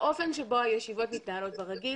האופן שבו הישיבות מתנהלות ברגיל,